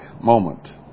moment